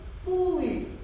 fully